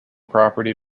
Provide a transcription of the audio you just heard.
property